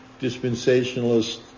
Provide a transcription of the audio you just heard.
dispensationalist